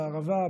בערבה,